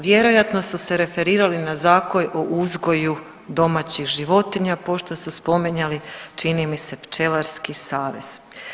Vjerojatno su se referirali na Zakon o uzgoju domaćih životinja pošto su spominjali čini mi se Pčelarski savez.